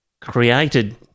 created